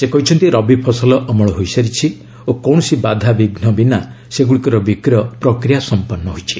ସେ କହିଛନ୍ତି ରବି ଫସଲ ଅମଳ ହୋଇସାରିଛି ଓ କୌଣସି ବାଧାବିଘ୍ନ ବିନା ସେଗୁଡ଼ିକର ବିକ୍ରୟ ପ୍ରକ୍ରିୟା ସମ୍ପନ୍ନ ହୋଇଛି